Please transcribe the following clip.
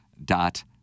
dot